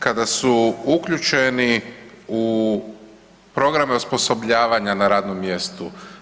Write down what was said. Kada su uključeni u programe osposobljavanja na radnom mjestu.